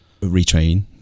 retrain